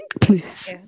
Please